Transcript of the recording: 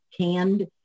canned